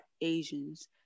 Asians